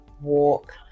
walk